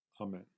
amen